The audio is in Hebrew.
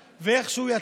איך שהוא הגיע,